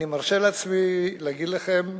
אני מרשה לעצמי להגיד לכם,